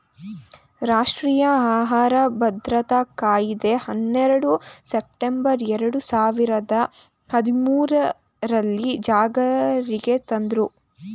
ರಾಷ್ಟ್ರೀಯ ಆಹಾರ ಭದ್ರತಾ ಕಾಯಿದೆ ಹನ್ನೆರಡು ಸೆಪ್ಟೆಂಬರ್ ಎರಡು ಸಾವಿರದ ಹದ್ಮೂರಲ್ಲೀ ಜಾರಿಗೆ ತಂದ್ರೂ